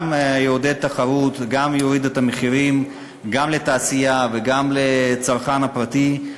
גם יעודד תחרות וגם יוריד את המחירים גם לתעשייה וגם לצרכן הפרטי.